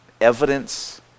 evidence